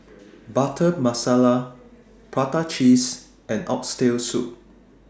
Butter Masala Prata Cheese and Oxtail Soup